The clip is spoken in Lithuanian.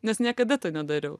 nes niekada to nedariau